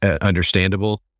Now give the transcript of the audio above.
understandable